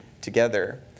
together